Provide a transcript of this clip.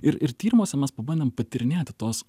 ir ir tyrimuose mes pabandėm patyrinėti tuos